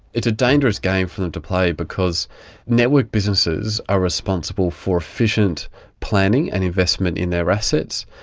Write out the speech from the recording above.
it's a dangerous game for them to play, because network businesses are responsible for efficient planning and investment in their assets.